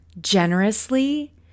generously